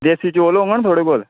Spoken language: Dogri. देसी चौल होङन थुआढ़े कोल